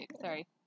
Sorry